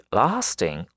lasting